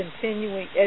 continuing